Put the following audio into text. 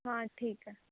हां ठीक आहे